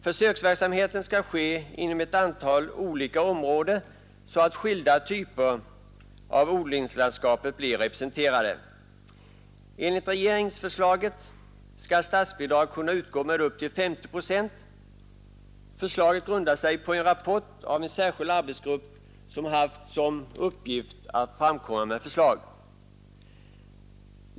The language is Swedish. Försöksverksamheten skall ske inom ett antal olika områden, så att skilda typer av odlingslandskapet blir representerade. Enligt regeringsförslaget skall statsbidrag kunna utgå med upp till 50 procent. Förslaget grundar sig på en rapport av en särskild arbetsgrupp som haft till uppgift att framkomma med förslag.